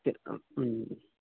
അം മ്മ്